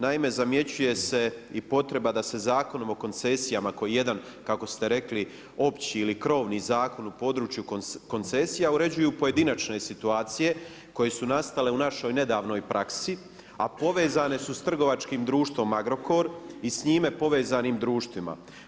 Naime, zamjećuje se i potreba da se Zakonom o koncesijama koji je jedan kako ste rekli opći ili krovni zakon u području koncesija uređuju pojedinačne situacije koje su nastale u našoj nedavnoj praksi, a povezane su sa trgovačkim društvom Agrokor i s njime povezanim društvima.